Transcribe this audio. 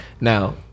Now